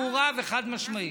ברורה וחד-משמעית.